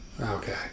Okay